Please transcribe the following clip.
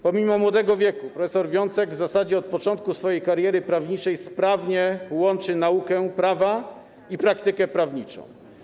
Pomimo młodego wieku prof. Wiącek w zasadzie od początku swojej kariery prawniczej sprawnie łączył naukę w zakresie prawa i praktykę prawniczą.